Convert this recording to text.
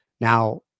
Now